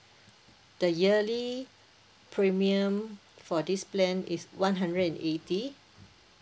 the yearly premium for this plan is one hundred and eighty